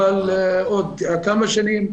אבל עוד כמה שנים,